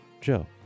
Joe